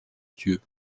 dieu